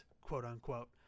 quote-unquote